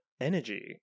energy